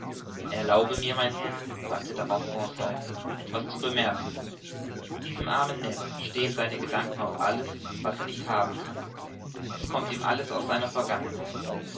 erlaube mir mein herr sagte darauf conseil etwas zu bemerken diesem armen ned stehen seine gedanken auf alles was er nicht haben kann es kommt ihm alles aus seiner vergangenheit